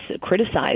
criticized